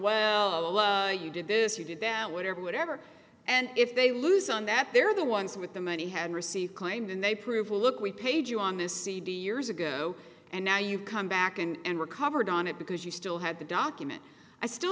well you did this you did that whatever whatever and if they lose on that they're the ones with the money had received claimed and they prove well look we paid you on this cd years ago and now you've come back and were covered on it because you still had the document i still